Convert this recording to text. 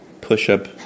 push-up